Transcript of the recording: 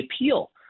appeal